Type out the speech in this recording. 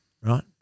right